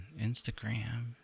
Instagram